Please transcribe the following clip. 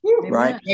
Right